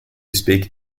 speak